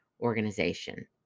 organization